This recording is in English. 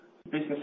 Business